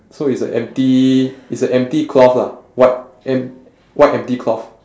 so it's a empty it's a empty cloth lah white em~ white empty cloth